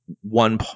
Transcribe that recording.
one